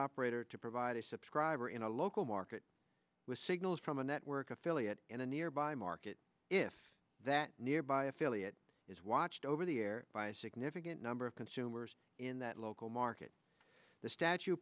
operator to provide a subscriber in a local market with signals from a network affiliate in a nearby market if that nearby affiliate is watched over the air by a significant number of consumers in that local market the statue